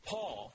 Paul